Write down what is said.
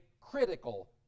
critical